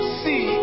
see